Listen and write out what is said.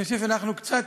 אני חושב שאנחנו קצת